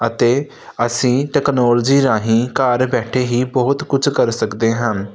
ਅਤੇ ਅਸੀਂ ਟੈਕਨੋਲਜੀ ਰਾਹੀਂ ਘਰ ਬੈਠੇ ਹੀ ਬਹੁਤ ਕੁਝ ਕਰ ਸਕਦੇ ਹਾਂ